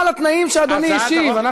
היא מסכימה לתנאים שאדוני השיב.